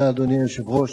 אדוני היושב-ראש.